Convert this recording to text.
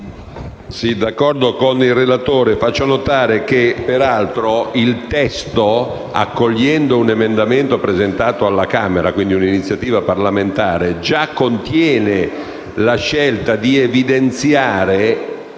sono d'accordo con il relatore. Faccio notare, peraltro, che il testo, accogliendo un emendamento presentato alla Camera, quindi un'iniziativa parlamentare, già contiene la scelta di evidenziare